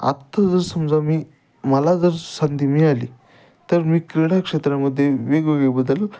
आत्ता जर समजा मी मला जर संधी मिळाली तर मी क्रीडा क्षेत्रामध्ये वेगवेगळे बदल